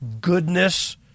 goodness